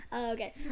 okay